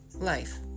life